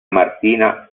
martina